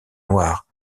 noirs